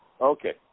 Okay